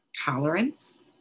tolerance